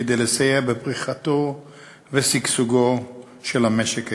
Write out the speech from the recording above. כדי לסייע בפריחתו ושגשוגו של המשק הישראלי.